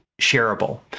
shareable